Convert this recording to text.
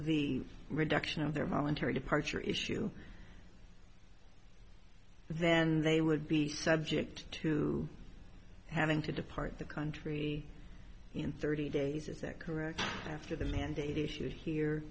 the reduction of their military departure issue then they would be subject to having to depart the country in thirty days is that correct after the mandate issued here